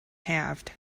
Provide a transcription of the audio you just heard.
halved